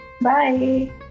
Bye